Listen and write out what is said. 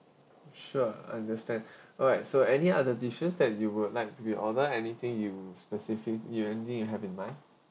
sure understand alright so any other dishes that you would like to be order anything you specific you anything you have in mind